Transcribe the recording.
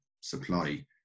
supply